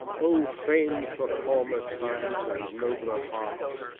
o framed for calmer times and nobler hearts!